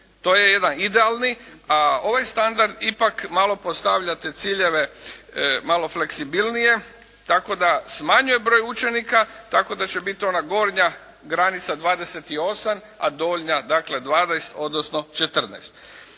To je jedan idealni, a ovaj standard ipak malo postavlja te ciljeve malo fleksibilnije tako da smanjuje broj učenika, tako da će biti ona gornja granica 28, a donja dakle 12 odnosno 14.